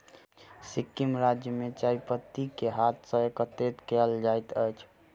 सिक्किम राज्य में चाय पत्ती के हाथ सॅ एकत्रित कयल जाइत अछि